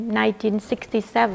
1967